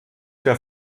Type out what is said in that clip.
der